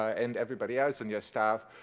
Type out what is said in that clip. and everybody else on your staff.